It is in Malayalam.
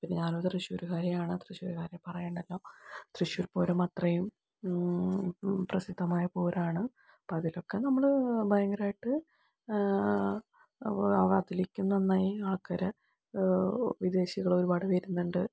പിന്നെ ഞാനൊരു തൃശ്ശൂർകാരിയാണ് തൃശ്ശൂർകാർ പറയണ്ടല്ലോ തൃശ്ശൂർ പൂരം അത്രയും പ്രസിദ്ധമായ പൂരമാണ് അപ്പോൾ അതിലൊക്കെ നമ്മൾ ഭയങ്കരമായിട്ട് അതിലേക്കും നന്നായി ആൾക്കാരെ വിദേശികൾ ഒരുപാട് വരുന്നുണ്ട്